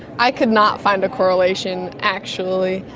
i could not find a correlation actually,